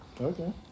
okay